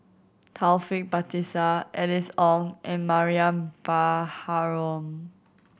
Taufik Batisah Alice Ong and Mariam Baharom